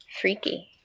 freaky